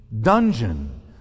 dungeon